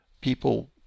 People